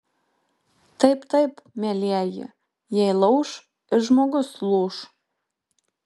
taip taip mielieji jei lauš ir žmogus lūš